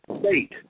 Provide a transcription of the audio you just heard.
state